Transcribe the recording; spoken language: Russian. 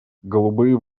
голубые